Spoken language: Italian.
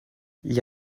gli